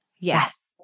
Yes